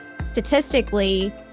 statistically